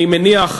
אני מניח,